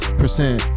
percent